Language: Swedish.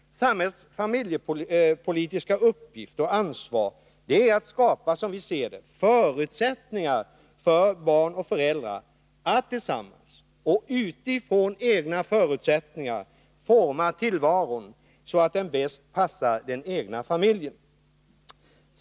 Samhällets familjepolitiska uppgift och ansvar är att skapa förutsättningar för barn och föräldrar att tillsammans och utifrån egna förutsättningar forma tillvaron så att den bäst passar den egna familjen.